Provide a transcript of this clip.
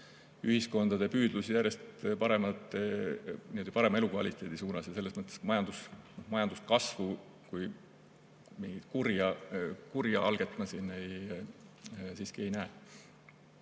ühiskondade püüdlus järjest parema elukvaliteedi suunas. Selles mõttes majanduskasvu kui kurja alget ma siin siiski ei näe.